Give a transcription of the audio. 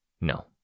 No